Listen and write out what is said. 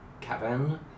Kevin